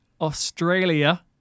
Australia